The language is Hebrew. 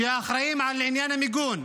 שאחראים לעניין המיגון,